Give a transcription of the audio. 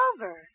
over